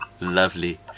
lovely